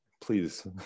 please